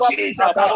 Jesus